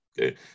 Okay